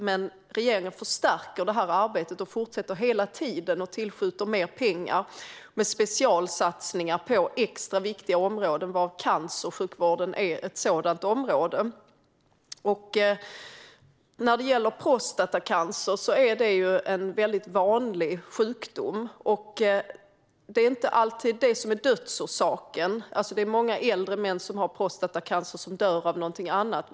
Men regeringen förstärker det här arbetet, fortsätter hela tiden och tillskjuter mer pengar med specialsatsningar på extra viktiga områden, varav cancersjukvården är ett. Prostatacancer är en väldigt vanlig sjukdom. Det är inte alltid den som är dödsorsaken; många äldre män som har prostatacancer dör av något annat.